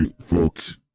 folks